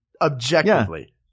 Objectively